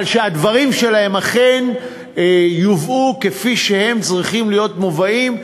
אבל שהדברים שלהם אכן יובאו כפי שהם צריכים להיות מובאים,